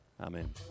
Amen